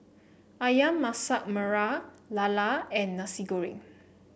ayam Masak Merah lala and Nasi Goreng